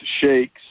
shakes